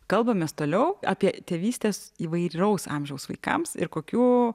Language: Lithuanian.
kalbamės toliau apie tėvystės įvairaus amžiaus vaikams ir kokių